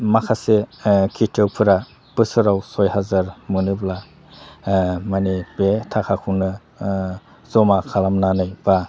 माखासे खिथियकफोरा बोसोराव सय हाजार मोनोब्ला माने बे थाखाखौनो जमा खालामनानै बा